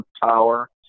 power